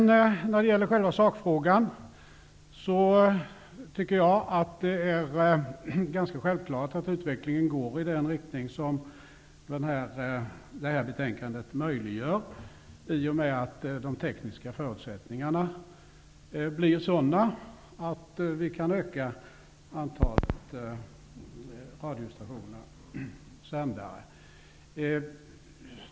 När det sedan gäller själva sakfrågan tycker jag att det är ganska självklart att utvecklingen går i den riktning som detta betänkande möjliggör i och med att de tekniska förutsättningarna blir sådana att vi kan öka antalet radiostationer och sändare.